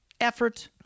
effort